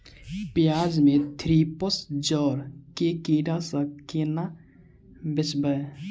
प्याज मे थ्रिप्स जड़ केँ कीड़ा सँ केना बचेबै?